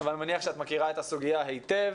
אבל אני יודע שאת מכירה את הסוגיה היטב.